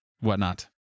whatnot